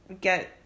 get